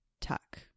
tuck